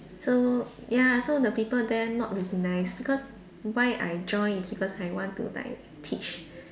so ya so the people there not really nice because why I join is because I want to like teach